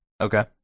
Okay